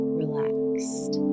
relaxed